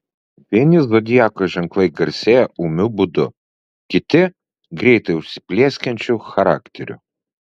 vieni zodiako ženklai garsėja ūmiu būdu kiti greitai užsiplieskiančiu charakteriu